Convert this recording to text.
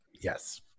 Yes